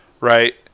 right